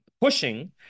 pushing